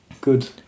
good